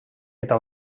eta